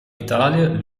italië